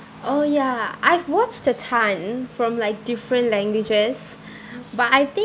oh ya I've watched a ton from like different languages but I think